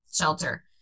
shelter